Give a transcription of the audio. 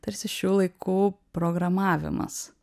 tarsi šių laikų programavimas